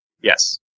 Yes